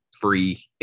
free